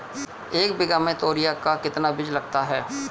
एक बीघा में तोरियां का कितना बीज लगता है?